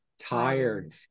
tired